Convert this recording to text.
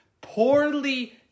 poorly